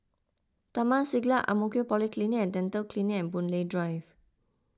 Taman Siglap Ang Mo Kio Polyclinic and Dental Clinic and Boon Lay Drive